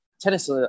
Tennis